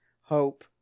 hope